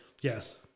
Yes